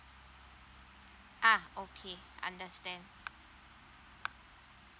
ah okay understand